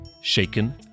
Shaken